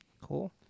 Cool